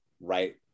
right